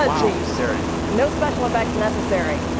ah scary. no special effects necessary.